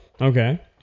okay